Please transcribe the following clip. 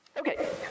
Okay